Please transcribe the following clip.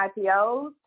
IPOs